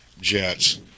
jets